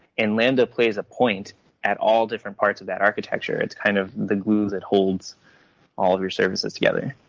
and lambda plays a point at all different parts of that architecture. it's kind of the glue that holds all of your services together